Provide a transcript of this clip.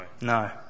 No